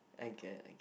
I get